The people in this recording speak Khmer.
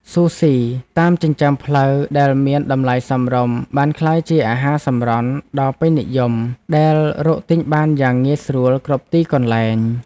ស៊ូស៊ី តាមចិញ្ចើមផ្លូវដែលមានតម្លៃសមរម្យបានក្លាយជាអាហារសម្រន់ដ៏ពេញនិយមដែលរកទិញបានយ៉ាងងាយស្រួលគ្រប់ទីកន្លែង។